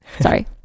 Sorry